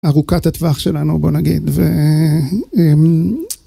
ארוכת הטווח שלנו בוא נגיד. ו...